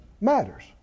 matters